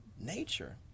nature